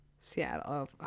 seattle